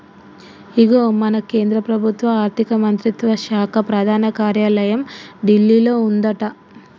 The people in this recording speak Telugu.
ఇగో మన కేంద్ర ప్రభుత్వ ఆర్థిక మంత్రిత్వ శాఖ ప్రధాన కార్యాలయం ఢిల్లీలో ఉందట